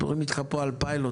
מדברים איתך פה על פיילוט,